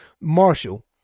Marshall